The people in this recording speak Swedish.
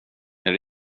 jag